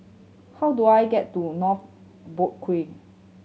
how do I get to North Boat Quay